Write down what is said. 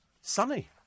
Sunny